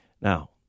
Now